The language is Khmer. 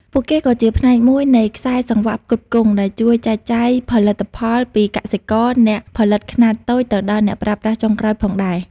ពួកគេក៏ជាផ្នែកមួយនៃខ្សែសង្វាក់ផ្គត់ផ្គង់ ដែលជួយចែកចាយផលិតផលពីកសិករ អ្នកផលិតខ្នាតតូច ទៅដល់អ្នកប្រើប្រាស់ចុងក្រោយផងដែរ ។